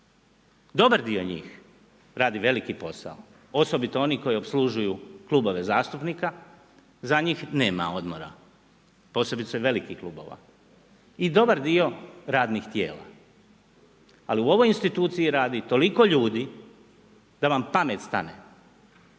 Dobar dio njih radi veliki posao, osobito oni koji opslužuju klubove zastupnika, za njih nema odmora, posebice velikih klubova. I dobar dio radnih tijela. Ali u ovoj instituciji radi toliko ljudi da vam pamet stane.